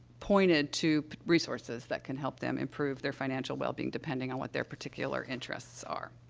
pointed to resources that can help them improve their financial wellbeing depending on what their particular interests are.